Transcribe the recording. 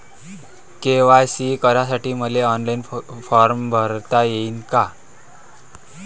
KYC करासाठी मले online form भरता येईन का?